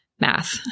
Math